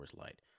Light